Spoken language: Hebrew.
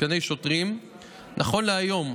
נכון להיום,